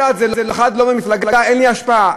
לשירותי דת זה אחד לא ממפלגה, אין לי השפעה.